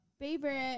favorite